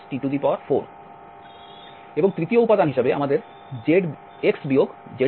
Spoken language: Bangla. এবং তৃতীয় উপাদান হিসাবে আমাদের x z2 আছে